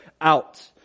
out